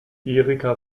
erika